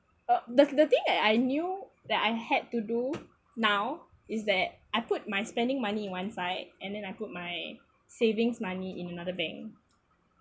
uh the the thing that I knew that I had to do now is that I put my spending money in one side and then I put my savings money in another bank